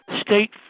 state